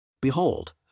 Behold